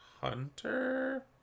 hunter